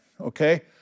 okay